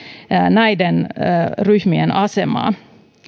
näiden ryhmien asemaa